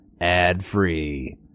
ad-free